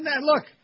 look